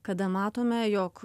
kada matome jog